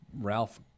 Ralph